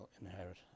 inherit